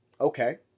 Okay